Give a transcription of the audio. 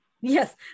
Yes